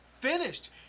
finished